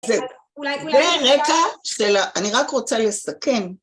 זה רקע של... אני רק רוצה לסכם,